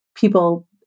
people